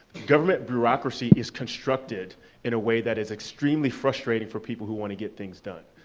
government bureaucracy is constructed in a way that is extremely frustrating for people who wanna get things done.